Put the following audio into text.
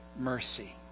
mercy